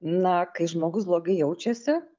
na kai žmogus blogai jaučiasi